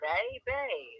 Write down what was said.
Baby